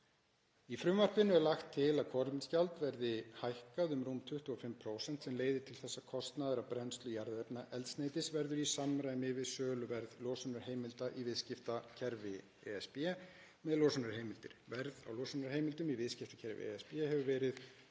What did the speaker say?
Í frumvarpinu er lagt til að kolefnisgjald verði hækkað um rúm 25%, sem leiðir til þess að kostnaður af brennslu jarðefnaeldsneytis verður í samræmi við söluverð losunarheimilda í viðskiptakerfi ESB með losunarheimildir. Verð á losunarheimildum í viðskiptakerfi ESB hefur verið